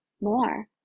more